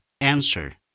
answer